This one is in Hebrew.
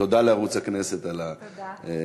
תודה לערוץ הכנסת על החוויה.